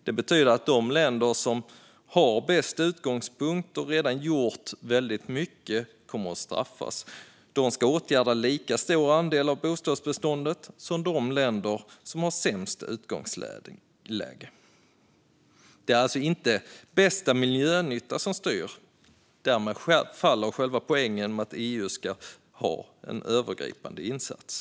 Det betyder att de länder som har bäst utgångspunkt och redan har gjort mycket kommer att straffas. De ska åtgärda en lika stor andel av bostadsbeståndet som de länder som har sämst utgångsläge. Det är alltså inte bästa miljönytta som styr, och därmed faller själva poängen med att EU ska vara övergripande instans.